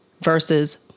versus